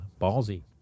ballsy